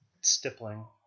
stippling